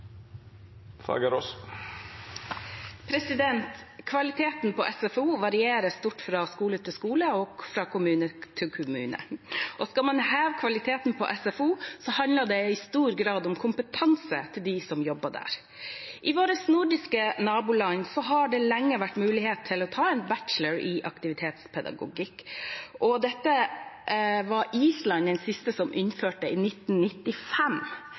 Kvaliteten på SFO varierer stort fra skole til skole og fra kommune til kommune, og skal man heve kvaliteten på SFO, handler det i stor grad om kompetansen til dem som jobber der. I våre nordiske naboland har det lenge vært mulig å ta en bachelor i aktivitetspedagogikk, og dette var Island den siste som innførte i 1995.